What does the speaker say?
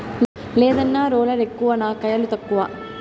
లేదన్నా, రోలర్ ఎక్కువ నా కయిలు తక్కువ